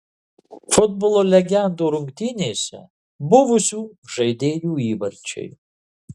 futbolo legendų rungtynėse buvusių žaidėjų įvarčiai